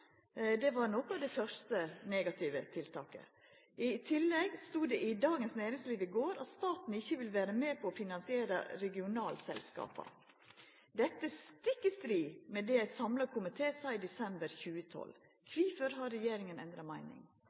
Det var eit av dei første negative tiltaka. I tillegg stod det i Dagens Næringsliv i går at staten ikkje vil vera med på å finansiera regionalselskapa. Dette er stikk i strid med det ein samla komité sa i desember 2012. Kvifor har regjeringa endra meining?